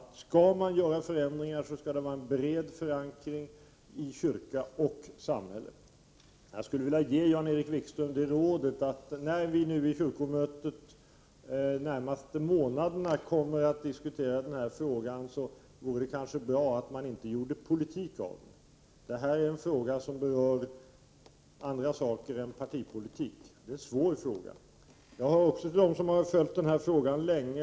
Skall man göra förändringar, så skall det vara en bred förankring i kyrka och samhälle. Jag skulle vilja ge Jan-Erik Wikström ett råd: När vi nu i kyrkomötet de närmaste månaderna kommer att diskutera den här frågan, så vore det kanske bra att man inte gjorde politik av den. Detta är en fråga som berör andra saker än partipolitik. Det är en svår fråga. Jag hör till dem som har följt denna fråga länge.